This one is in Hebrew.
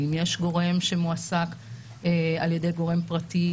אם יש גורם שמועסק על ידי גורם פרטי,